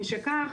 משכך,